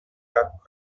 that